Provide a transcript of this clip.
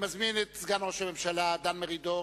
התשס"ט 2009, מאת חברי הכנסת דוד רותם